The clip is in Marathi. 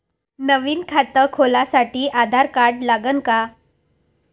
नवीन खात खोलासाठी आधार कार्ड लागन का?